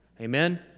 Amen